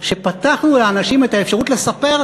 שפתחנו לאנשים את האפשרות לספר,